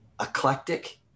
eclectic